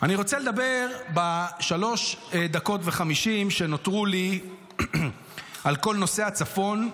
אני רוצה לדבר ב-3:50 דקות שנותרו לי על כל נושא הצפון,